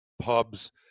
pubs